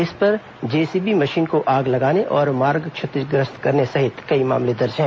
इस पर JCB machine को आग लगाने और मार्ग क्षतिग्रस्त करने सहित कई मामले दर्ज हैं